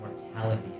mortality